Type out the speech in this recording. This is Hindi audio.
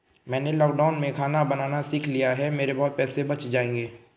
मैंने लॉकडाउन में खाना बनाना सीख लिया है, मेरे बहुत पैसे बच जाएंगे